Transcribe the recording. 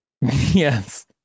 Yes